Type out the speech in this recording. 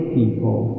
people